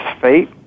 fate